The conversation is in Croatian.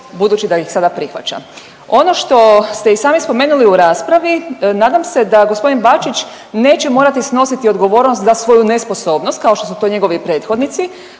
budući da ih sada prihvaća. Ono što ste i sami spomenuli u raspravi, nadam se da g. Bačić neće morati snositi odgovornost za svoju nesposobnost, kao što su to njegovi prethodnici